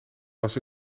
was